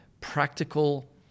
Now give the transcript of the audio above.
practical